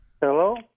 Hello